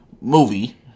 movie